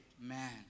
man